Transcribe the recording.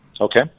Okay